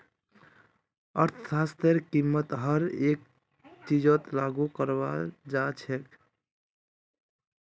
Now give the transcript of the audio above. अर्थशास्त्रतेर कीमत हर एक चीजत लागू कराल जा छेक